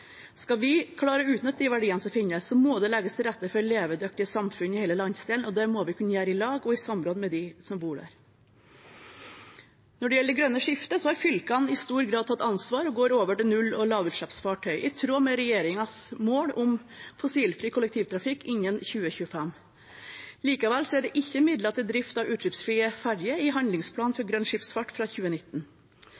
Skal vi klare å utnytte de verdiene som finnes, må det legges til rette for levedyktige samfunn i hele landsdelen, og det må vi kunne gjøre i lag og i samråd med dem som bor der. Når det gjelder det grønne skiftet, har fylkene i stor grad tatt ansvar og går over til null- og lavutslippsfartøy, i tråd med regjeringens mål om fossilfri kollektivtrafikk innen 2025. Likevel er det ikke midler til drift av utslippsfrie ferjer i handlingsplanen for